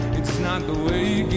it's not the waking,